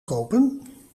kopen